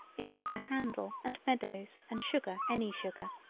it is a handle and meadows and sugar any sugar.